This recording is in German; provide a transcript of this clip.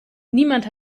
niemand